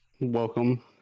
Welcome